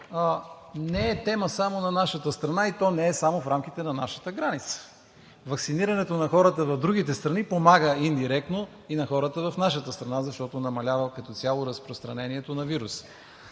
не е тема само на нашата страна и то не е само в рамките на нашата граница. Ваксинирането на хората в другите страни помага индиректно и на хората в нашата страна, защото намалява като цяло разпространението на вируса.